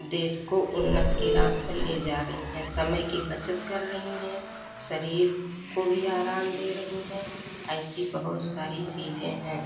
देश को उन्नत की राह पर ले जा रही हैं समय की बचत कर रही हैं शरीर को भी आराम दे रही हैं ऐसी बहुत सारी चीज़ें हैं